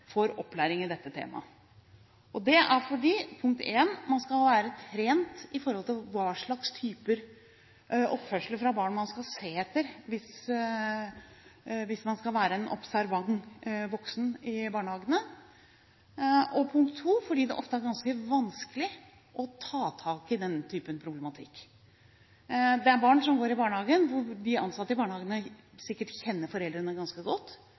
opplæring i dette temaet. Det er fordi, punkt én, man skal være trent når det gjelder hva slags typer oppførsel fra barn man skal se etter hvis man skal være en observant voksen i barnehagene, og punkt to, fordi det ofte er ganske vanskelig å ta tak i denne typen problematikk. Det er barn som går i barnehagen hvor de ansatte i barnehagen sikkert kjenner foreldrene ganske godt.